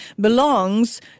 belongs